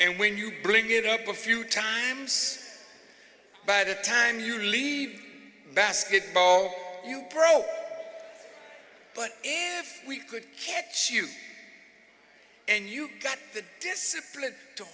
and when you bring it up a few times by the time you leave basketball you throw but if we could catch you and you got the discipline to